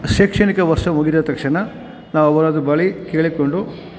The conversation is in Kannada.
ಶೈಕ್ಷಣಿಕ ವರ್ಷ ಮುಗಿದ ತಕ್ಷಣ ನಾವು ಅವರ ಬಳಿ ಕೇಳಿಕೊಂಡು